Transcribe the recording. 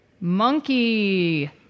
Monkey